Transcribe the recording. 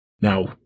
Now